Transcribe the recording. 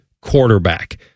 quarterback